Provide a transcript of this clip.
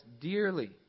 dearly